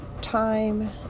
time